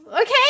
okay